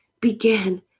begin